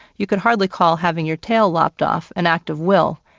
you could hardly call having your tail lopped off an act of will,